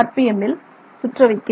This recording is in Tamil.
எம் இல் சுற்ற வைக்கிறீர்கள்